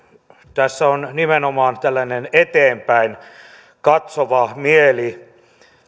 tässä on nimenomaan tällainen eteenpäin katsova mieli